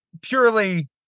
purely